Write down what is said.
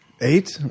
Eight